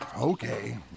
Okay